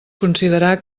considerar